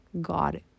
God